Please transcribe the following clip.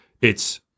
it's-